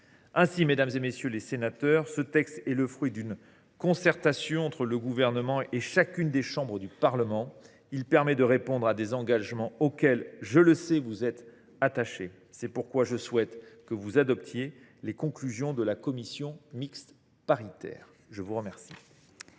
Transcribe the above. Ainsi, mesdames, messieurs les sénateurs, ce texte est le fruit d’une concertation entre le Gouvernement et chacune des chambres du Parlement. Il permet de répondre à des engagements auxquels je vous sais attachés. C’est pourquoi je souhaite que vous adoptiez les conclusions de la commission mixte paritaire. Nous passons